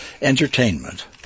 entertainment